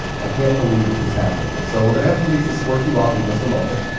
i can't believe this is happening. and so we're going to police escort you off in just a moment.